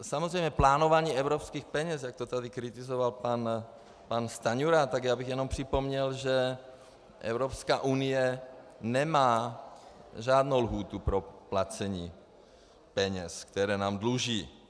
Samozřejmě plánování evropských peněz, jak to tady kritizoval pan Stanjura, tak já bych jenom připomněl, že Evropská unie nemá žádnou lhůtu pro placení peněz, které nám dluží.